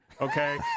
okay